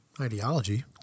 ideology